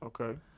Okay